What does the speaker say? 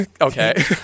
Okay